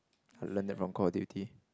I learn that from Call-of-Duty